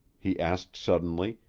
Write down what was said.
he asked suddenly,